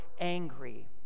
angry